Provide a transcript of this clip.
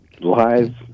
live